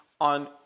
on